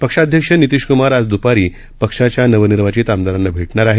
पक्षाध्यक्ष नितीश क्मार आज द्पारी पक्षाच्या नवनिर्वाचित आमदारांना भेटणार आहेत